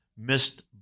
missed